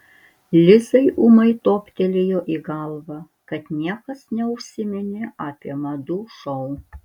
lizai ūmai toptelėjo į galvą kad niekas neužsiminė apie madų šou